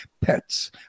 pets